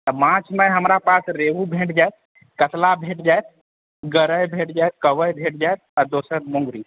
आ माछमे हमरा पास रेहू भेट जायत कतला भेट जायत गरइ भेट जायत कबइ भेट जायत आ दोसर मोंगरी